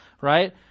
Right